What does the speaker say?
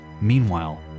Meanwhile